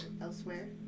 elsewhere